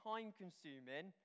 time-consuming